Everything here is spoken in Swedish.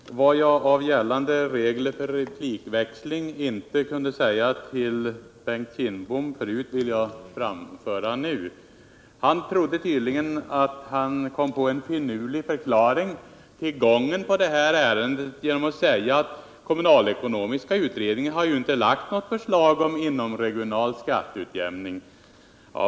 Herr talman! Vad jag på grund av gällande regler för replikväxling inte kunde säga till Bengt Kindbom tidigare vill jag framföra nu. Bengt Kindbom trodde tydligen att han kom på en finurlig förklaring beträffande gången av det här ärendet genom att säga att kommunalekonomiska utredningen inte har lagt fram något förslag om inomregional skatteutjämning.